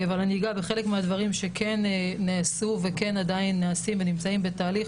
אבל אני אגע בחלק מהדברים שכן נעשו ועדיין נעשים ונמצאים בתהליך.